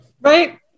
right